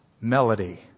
melody